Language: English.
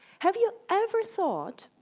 have you ever thought